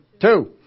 Two